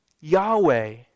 Yahweh